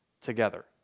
together